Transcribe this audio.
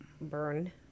burn